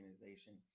organization